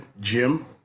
Jim